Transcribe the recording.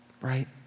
Right